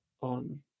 on